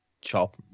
Chop